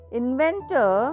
inventor